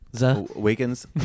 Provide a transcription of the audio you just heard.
awakens